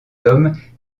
hommes